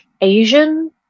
Asian